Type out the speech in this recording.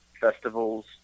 festivals